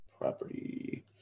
Property